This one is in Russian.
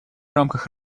рамках